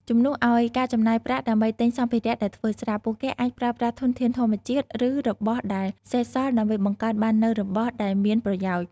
ជំនួសឲ្យការចំណាយប្រាក់ដើម្បីទិញសម្ភារៈដែលធ្វើស្រាប់ ពួកគេអាចប្រើប្រាស់ធនធានធម្មជាតិ ឬរបស់ដែលសេសសល់ដើម្បីបង្កើតបាននូវរបស់ដែលមានប្រយោជន៍។